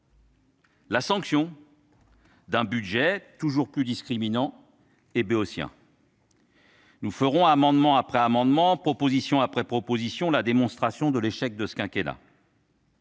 sanction d'un budget toujours plus discriminant et béotien. Nous ferons, amendement après amendement, proposition après proposition, la démonstration de l'échec de ce quinquennat.